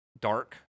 dark